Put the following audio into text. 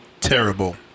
Terrible